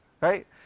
right